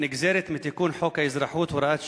הנגזרת מתיקון חוק האזרחות (הוראת שעה),